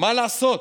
מה לעשות,